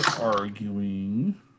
arguing